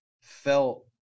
felt